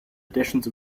editions